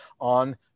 on